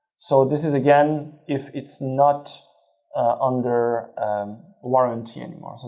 so, this is, again, if it's not under warranty anymore.